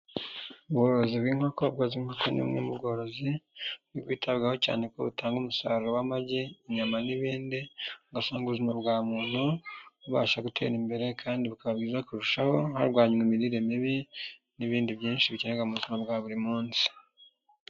ubworozi bw'inkoko ni bumwemu bworozi bwitabwaho cyane, kuko butanga umusaruro w'amagi inyama n'ibindi, ugasanga ubuzima bwa muntu bubasha gutera imbere kandi bukaba bwiza kurushaho, kurwanya imirire mibi n'ibindi byinshi bikenerwa mu buzima bwa buri munsi.